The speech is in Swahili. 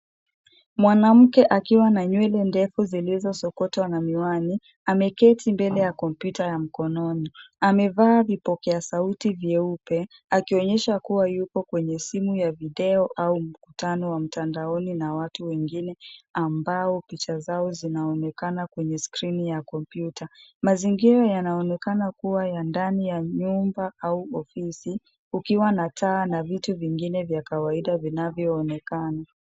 Mwanamke akiwa na nywele ndefu zilizosokotwa na miwani. Ameketi mbele ya kompyuta ya mikononi. Amevaa vipokeasauti vyeupe akionyesha kuwa yupo kwenye simu ya video au mkutano wa mtandaoni na watu wengine ambao picha zao zinaonekana kwenye skrini ya kompyuta. Mazingira yanaonekana kuwa ya ndani ya nyumba au ofisi ukiwa na taa na viti vingine vya kawaida vinavyoonekana.